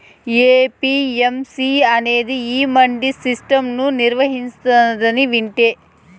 APMC అనేది ఈ mandi system ను నిర్వహిస్తాందని వింటి